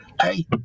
Hey